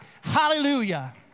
Hallelujah